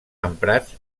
emprats